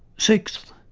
sixth,